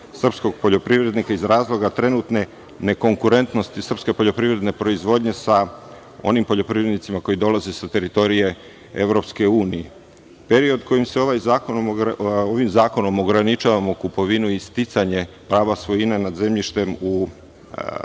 srpskog poljoprivrednika iz razloga trenutne nekonkurentnosti srpske poljoprivredne proizvodnje sa onim poljoprivrednicima koji dolaze sa teritorije EU.Period kojim ovim zakonom ograničavamo kupovinu i sticanje prava svojine nad zemljištem u